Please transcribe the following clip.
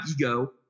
ego